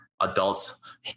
adults